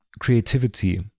creativity